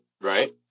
Right